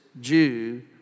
Jew